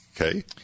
Okay